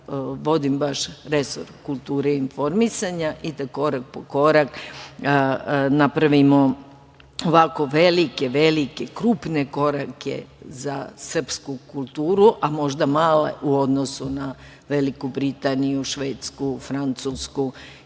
vodim baš resor kulture i informisanja i da korak po korak napravimo ovako velike, krupne korake za srpsku kulturu, a možda male u odnosu na Veliku Britaniju, Švedsku, Francusku,